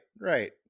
right